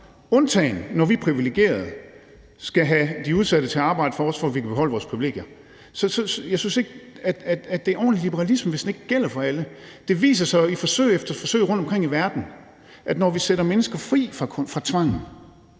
undtagen når vi privilegerede skal have de udsatte til at arbejde for os, for at vi kan beholde vores privilegier. Så jeg synes ikke, at det er ordentlig liberalisme, hvis det ikke gælder for alle. Det viser sig jo i forsøg efter forsøg rundtomkring i verden, at når vi sætter mennesker fri fra tvang,